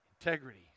Integrity